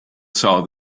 saw